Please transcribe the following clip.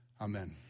Amen